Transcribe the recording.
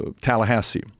Tallahassee